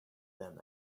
them